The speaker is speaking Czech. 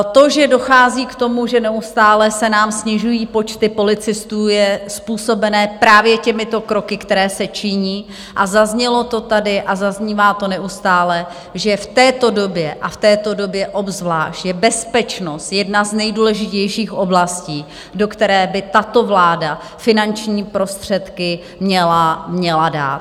To, že dochází k tomu, že neustále se nám snižují počty policistů, je způsobené právě těmito kroky, které se činí, a zaznělo to tady a zaznívá to neustále, že v této době a v této době obzvlášť je bezpečnost jedna z nejdůležitějších oblastí, do které by tato vláda finanční prostředky měla dát.